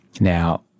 Now